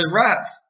rats